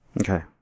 Okay